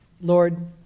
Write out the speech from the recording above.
Lord